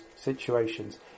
situations